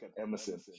Emerson